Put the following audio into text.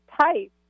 type